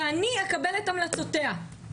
ואני אקבל את המלצותיה.